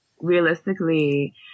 realistically